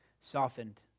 softened